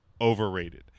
overrated